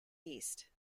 east